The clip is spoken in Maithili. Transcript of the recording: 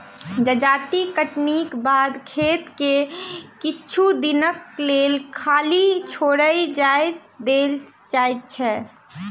जजाति कटनीक बाद खेत के किछु दिनक लेल खाली छोएड़ देल जाइत छै